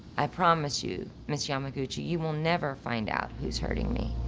i promise you, ms. yamaguchi, you will never find out who is hurting me.